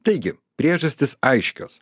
taigi priežastys aiškios